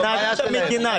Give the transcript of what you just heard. תנהלו את המדינה,